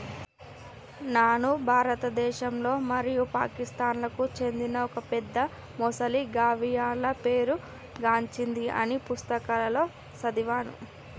నాను భారతదేశంలో మరియు పాకిస్తాన్లకు చెందిన ఒక పెద్ద మొసలి గావియల్గా పేరు గాంచింది అని పుస్తకాలలో సదివాను